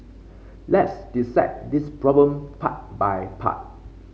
let's dissect this problem part by part